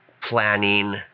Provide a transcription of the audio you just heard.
planning